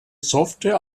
software